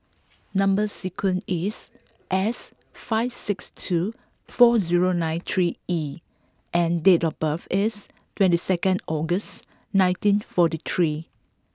number sequence is S five six two four zero nine three E and date of birth is twenty second August nineteen forty three